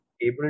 able